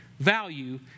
Value